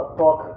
talk